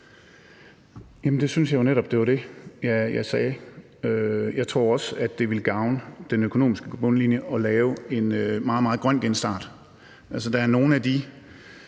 det synes jeg netop var det, jeg sagde. Jeg tror også, at det ville gavne den økonomiske bundlinje at lave en meget, meget grøn genstart.